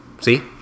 See